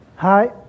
Hi